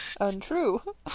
Untrue